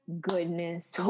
goodness